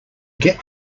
get